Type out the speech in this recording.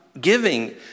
giving